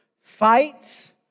fight